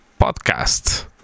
Podcast